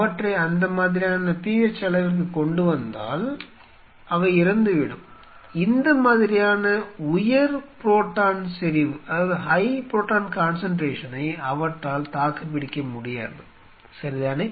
அவற்றை அந்த மாதிரியான pH அளவிற்குக் கொண்டுவந்தால் அவை இறந்துவிடும் அந்த மாதிரியான உயர் புரோட்டான் செறிவை அவற்றால் தாக்குப்பிடிக்க முடியாது சரிதானே